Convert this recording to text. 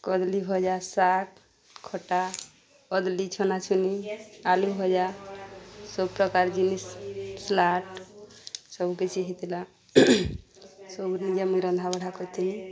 କଦ୍ଲି ଭଜା ଶାଗ୍ ଖଟା କଦ୍ଲି ଛନାଛୁନି ଆଲୁ ଭଜା ସବୁ ପ୍ରକାର୍ ଜିନିଷ୍ ସ୍ଲାଟ୍ ସବୁକିଛି ହେଇଥିଲା ସବୁ ନିଜେ ମୁଇଁ ରନ୍ଧା ବଢ଼ା କରିଥିଲି